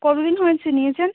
কত দিন হয়েছে নিয়েছেন